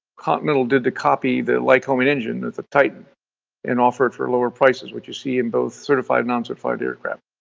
continental did to copy the lycoming engine, there's a tight and offer it for lower prices, which you see in both certified non-certified aircraft.